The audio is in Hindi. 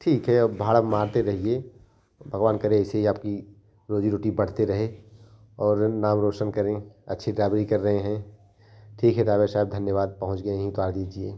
ठीक है भाड़ा मारते रहिए भगवान करे ऐसे ही आपकी रोज़ी रोटी बढ़ते रहे और नाम रोशन करें अच्छी ड्राइविंग कर रहे हैं ठीक है ड्राइवर साहब धन्यवाद पहुँच गए उतार दीजिए